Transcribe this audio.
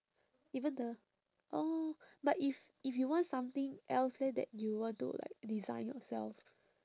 even the oh but if if you want something else leh that you want to like design yourself